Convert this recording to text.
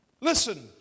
Listen